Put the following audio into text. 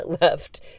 left